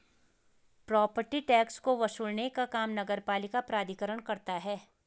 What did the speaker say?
property tax को वसूलने का काम नगरपालिका प्राधिकरण करता है